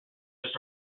just